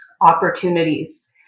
opportunities